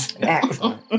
excellent